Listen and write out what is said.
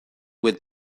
with